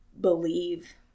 believe